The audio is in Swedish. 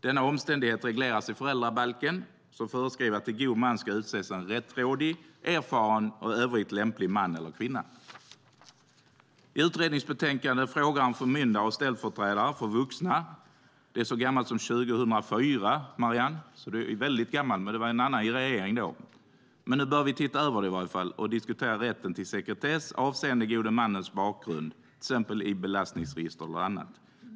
Denna omständighet regleras i föräldrabalken, som föreskriver att till god man ska utses en rättrådig, erfaren och i övrigt lämplig man eller kvinna. I utredningsbetänkandet Frågor om förmyndare och ställföreträdare för vuxna - det är så gammalt som från 2004, Marianne, och det var en annan regering då - diskuteras rätten till sekretess avseende den gode mannens bakgrund, till exempel när det gäller belastningsregistret och annat.